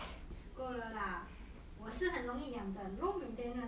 够了啦我是很容易养的 low maintenance